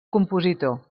compositor